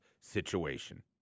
situation